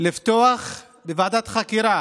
לפתוח בוועדת חקירה